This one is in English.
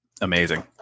amazing